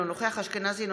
אינו נוכח גבי אשכנזי,